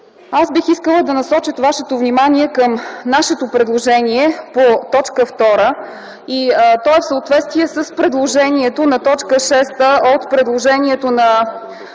Аз бих искала да насоча вашето внимание към нашето предложение по т. 2. То е в съответствие с предложението на т. 6 от предложението на